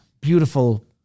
beautiful